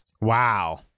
wow